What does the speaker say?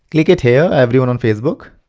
click it here everyone on facebook.